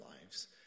lives